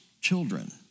children